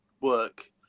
work